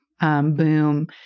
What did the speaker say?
boom